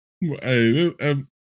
hey